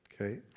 Okay